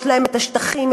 יש להם את השטחים,